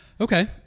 Okay